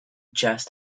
just